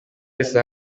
wese